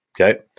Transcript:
Okay